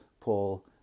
Paul